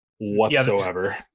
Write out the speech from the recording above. whatsoever